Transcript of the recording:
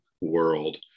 world